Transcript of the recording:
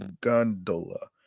Gondola